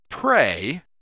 Pray